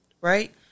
Right